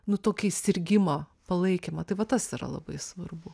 nu tokį sirgimą palaikymą tai va tas yra labai svarbu